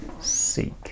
Seek